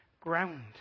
ground